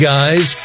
Guys